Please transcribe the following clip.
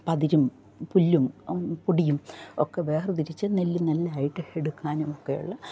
പതിരും പുല്ലും പൊടിയും ഒക്കെ വേർതിരിച്ച് നെല്ല് നെല്ലായിട്ട് എടുക്കാനുമൊക്കെ ഉള്ള